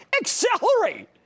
Accelerate